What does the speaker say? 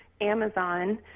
Amazon